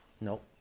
Nope